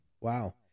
Wow